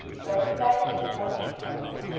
both the magazines published poems,